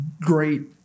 great